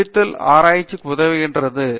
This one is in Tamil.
கற்பித்தல் ஆராய்ச்சிக்கு உதவுகிறது